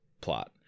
plot